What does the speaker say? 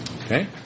Okay